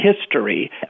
history